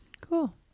Cool